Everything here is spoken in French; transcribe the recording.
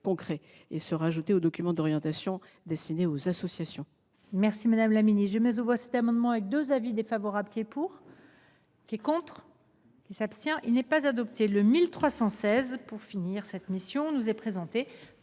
concrets, et ainsi s’ajouter aux documents d’orientation destinés aux associations.